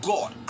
God